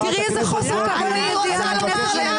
תראי איזה חוסר כבוד את מביאה לכנסת.